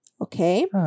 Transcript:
Okay